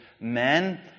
men